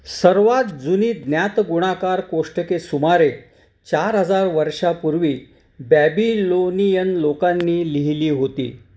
सर्वात जुनी ज्ञात गुणाकार कोष्टके सुमारे चार हजार वर्षापूर्वी बॅबिलोनियन लोकांनी लिहिली होती